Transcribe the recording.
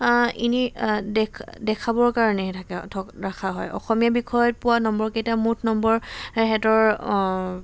এনে দে দেখাবৰ কাৰণেহে থাকে ৰাখা হয় অসমীয়া বিষয়ত পোৱা নম্বৰকেইটা মুঠ নম্বৰ সিহঁতৰ